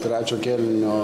trečio kėlinio